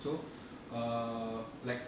so err like